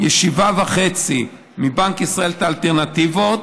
ישיבה וחצי, מבנק ישראל את האלטרנטיבות,